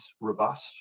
robust